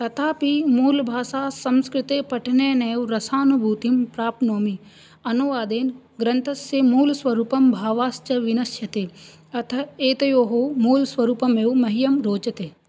तथापि मूलभाषासंस्कृते पठनेनैव रसानुभूतिं प्राप्नोमि अनुवादे ग्रन्थस्य मूलस्वरूपं भावश्च विनश्यते अत एतयोः मूलस्वरूपमेव मह्यं रोचते